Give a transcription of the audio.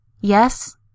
Yes